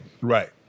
Right